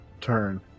turn